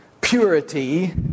Purity